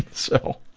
so,